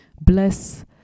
Bless